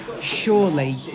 Surely